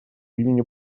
имени